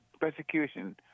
persecution